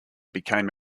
became